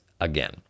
again